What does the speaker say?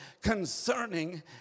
concerning